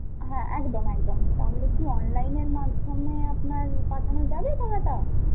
হ্যাঁ একদম একদম তাহলে কি অনলাইনের মাধ্যমে আপনার পাঠানো যাবে টাকাটা